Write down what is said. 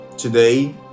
today